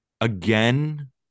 Again